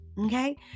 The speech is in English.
okay